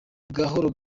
gahoro